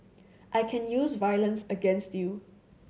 I can use violence against you